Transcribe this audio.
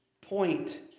point